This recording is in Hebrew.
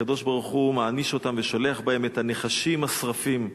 הקדוש-ברוך-הוא מעניש אותם ושולח בהם את הנחשים השרפים.